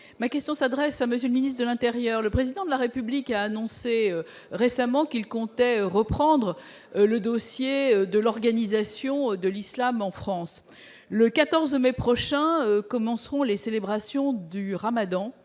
Ma question s'adresse à M. le ministre d'État, ministre de l'intérieur. Le Président de la République a récemment annoncé qu'il comptait reprendre le dossier de l'organisation de l'islam en France. Le 14 mai prochain débuteront les célébrations du ramadan.